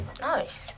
Nice